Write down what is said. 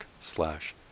slash